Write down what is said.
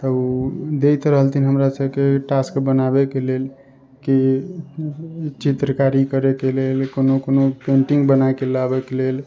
तऽ ओ दैत रहलथिन हमरा सबके टास्क बनाबै के लेल की चित्रकारी करय के लेल कोनो कोनो पेंटिंग बना के लाबे के लेल